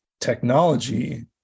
technology